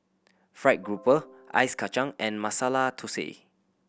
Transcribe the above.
fried grouper Ice Kachang and Masala Thosai